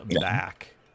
back